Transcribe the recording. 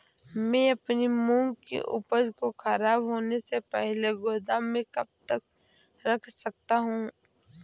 मैं अपनी मूंग की उपज को ख़राब होने से पहले गोदाम में कब तक रख सकता हूँ?